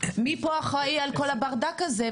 מי פה אחראי על כל הברדק הזה,